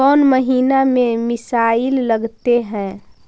कौन महीना में मिसाइल लगते हैं?